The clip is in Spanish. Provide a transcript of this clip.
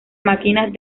máquinas